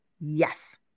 Yes